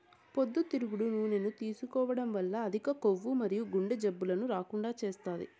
పొద్దుతిరుగుడు నూనెను తీసుకోవడం వల్ల అధిక కొవ్వు మరియు గుండె జబ్బులను రాకుండా చేస్తాది